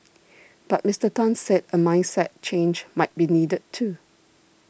but Mister Tan said a mindset change might be needed too